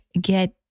get